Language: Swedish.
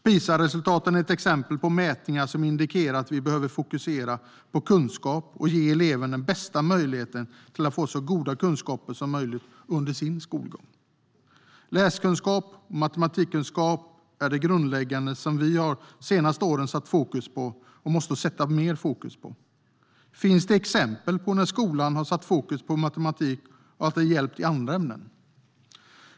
PISA-resultaten är ett exempel på mätningar som indikerar att vi behöver fokusera på kunskap och ge eleven den bästa möjligheten till att få så goda kunskaper som möjligt under sin skolgång. Läskunskap och matematikkunskap är det grundläggande som vi de senaste åren har satt fokus på och måste sätta mer fokus på. Finns det exempel på att när skolan har satt fokus på matematik att det hjälpt i andra ämnen?